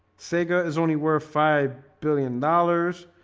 sega is only worth five billion dollars.